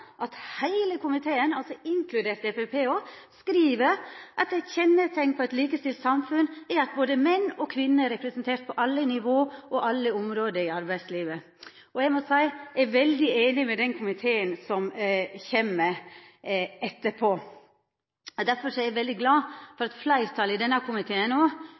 at heile komiteen, inkludert Framstegspartiet, skriv at «et kjennetegn på et likestilt samfunn er at både menn og kvinner er representert på alle nivåer og alle områder i arbeidslivet». Eg må seia at eg er veldig einig med den komiteen som kjem etterpå. Derfor er eg veldig glad for at fleirtalet også i denne komiteen